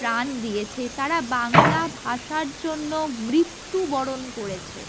প্রাণ দিয়েছে তারা বাংলা ভাষার জন্য মৃত্যুবরণ করেছে